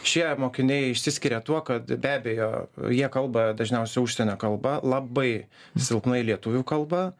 šie mokiniai išsiskiria tuo kad be abejo jie kalba dažniausiai užsienio kalba labai silpnai lietuvių kalba